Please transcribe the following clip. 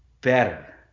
better